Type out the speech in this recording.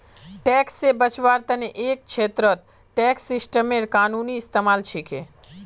tax से बचवार तने एक छेत्रत टैक्स सिस्टमेर कानूनी इस्तेमाल छिके